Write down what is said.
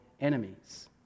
enemies